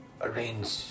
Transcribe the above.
arrange